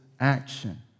action